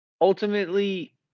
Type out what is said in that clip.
ultimately